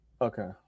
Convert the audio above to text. Okay